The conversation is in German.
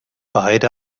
beide